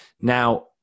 Now